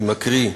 אני מקריא: